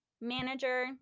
manager